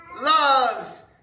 loves